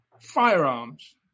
Firearms